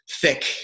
thick